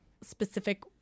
specific